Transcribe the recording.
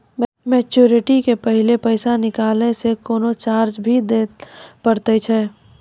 Maturity के पहले पैसा निकालै से कोनो चार्ज भी देत परतै की?